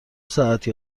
ساعتی